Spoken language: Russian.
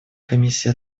комиссии